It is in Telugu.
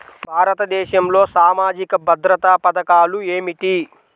భారతదేశంలో సామాజిక భద్రతా పథకాలు ఏమిటీ?